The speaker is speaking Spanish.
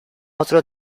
otro